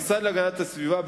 המשרד להגנת הסביבה,